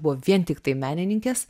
buvo vien tiktai menininkės